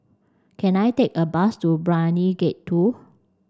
can I take a bus to Brani Gate two